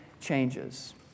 changes